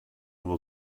will